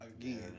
again